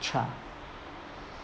child